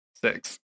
six